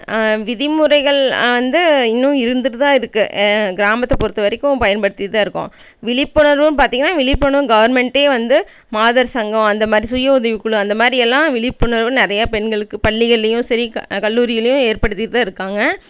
விதிமுறைகள் வந்து இன்னும் இருந்துகிட்டு தான் இருக்கு கிராமத்தை பொறுத்த வரைக்கும் பயன்படுத்திட்டு தான் இருக்கோம் விழிப்புணர்வுன்னு பார்த்திங்கன்னா விழிப்புணர்வு கவர்மெண்ட்டே வந்து மாதர் சங்கம் அந்த மாரி சுயஉதவிக் குழு அந்த மாரி எல்லாம் விழிப்புணர்வு நிறைய பெண்களுக்கு பள்ளிகள்லையும் சரி க கல்லூரிகள்லையும் ஏற்படுத்திகிட்டு தான் இருக்காங்க